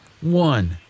one